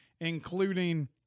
including